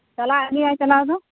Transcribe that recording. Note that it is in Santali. ᱪᱟᱞᱟᱜ ᱜᱮᱭᱟᱭ ᱪᱟᱞᱟᱣ ᱫᱚ